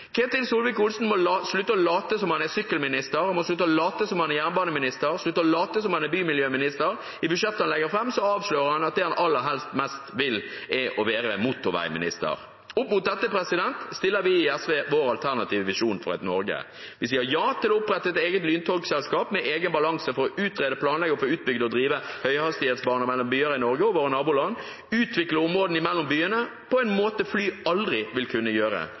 Ketil Solvik-Olsen må slutte å late som han er sykkelminister, slutte å late som han er jernbaneminister, slutte å late som han er bymiljøminister. I budsjettet han legger fram, avslører han at det han aller mest vil, er å være motorveiminister. Opp mot dette stiller vi i SV vår alternative visjon for et Norge. Vi sier ja til å opprette et eget lyntogselskap med egen balanse for å utrede, planlegge, få utbygd og drive høyhastighetsbaner mellom byer i Norge og våre naboland, og utvikle områdene mellom byene på en måte fly aldri vil kunne gjøre.